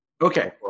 okay